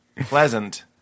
Pleasant